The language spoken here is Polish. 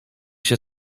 się